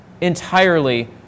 entirely